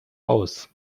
aus